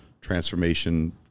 transformation